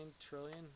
trillion